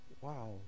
wow